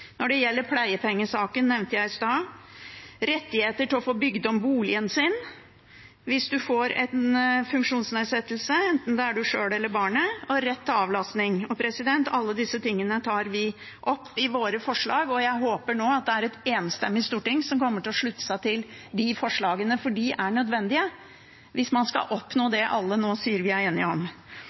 Det gjelder pleiepengesaken, som jeg nevnte i stad, og rett til å få bygd om boligen, hvis enten du selv eller barnet får en funksjonsnedsettelse, og rett til avlastning. Alle disse tingene tar vi opp i våre forslag, og jeg håper nå at det er et enstemmig storting som kommer til å slutte seg til de forslagene, for de er nødvendige hvis man skal oppnå det alle nå sier vi er enige om.